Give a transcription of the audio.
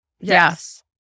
Yes